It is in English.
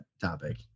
topic